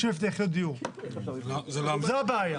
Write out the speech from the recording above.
זו הבעיה.